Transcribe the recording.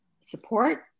support